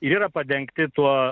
ir yra padengti tuo